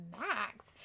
Max